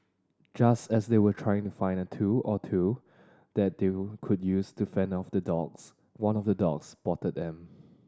just as they were trying to find a tool or two that they would could use to fend off the dogs one of the dogs spotted them